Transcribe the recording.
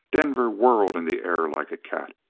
denver whirled in the air like a cat.